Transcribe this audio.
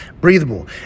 breathable